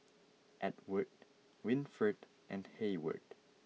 Edward Winfred and Heyward